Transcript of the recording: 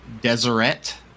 Deseret